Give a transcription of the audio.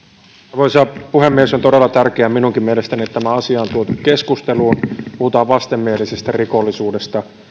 arvoisa puhemies on todella tärkeää minunkin mielestäni että tämä asia on tuotu keskusteluun puhutaan vastenmielisestä rikollisuudesta